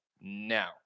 now